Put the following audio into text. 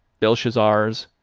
belshazzars,